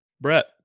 Brett